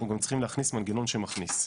אנחנו צריכים מנגנון שמכניס.